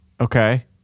Okay